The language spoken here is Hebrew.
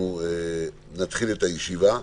אנחנו נתחיל את הישיבה.